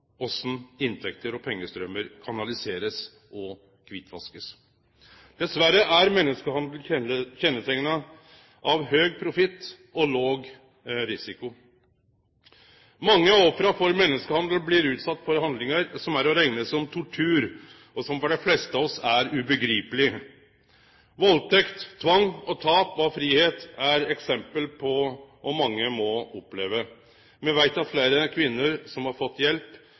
inntekter og pengestraumar blir kanaliserte og kvitvaska. Dessverre er menneskehandel kjenneteikna av høg profitt og låg risiko. Mange av ofra for menneskehandel blir utsette for handlingar som er å rekne som tortur, og som for dei fleste av oss er ubegripelege. Valdtekt, tvang og tap av fridom er døme på kva mange må oppleve. Me veit at fleire kvinner som har fått hjelp,